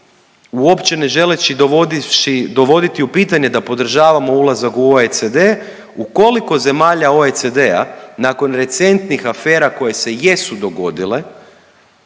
uopće ne želeći dovodivši, dovoditi u pitanje da podržavamo ulazak u OECD. U koliko zemalja OECD-a nakon recentnih afera koje se jesu dogodile,